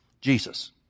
Jesus